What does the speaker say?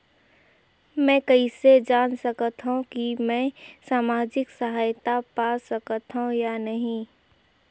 मै कइसे जान सकथव कि मैं समाजिक सहायता पा सकथव या नहीं?